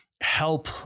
help